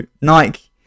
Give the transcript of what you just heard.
nike